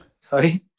Sorry